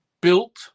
built